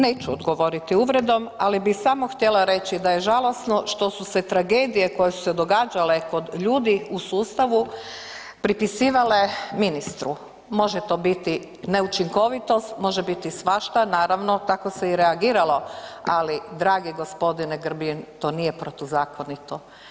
Neću odgovoriti uvredom, ali bih samo htjela reći da je žalosno što su se tragedije koje su se događale kod ljudi u sustavu pripisivale ministru, može to biti neučinkovitost, može biti svašta naravno tako se i reagiralo, ali dragi gospodine Grbin to nije protuzakonito.